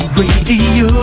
radio